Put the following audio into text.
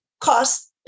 cost